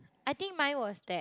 I think mine was that